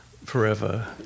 forever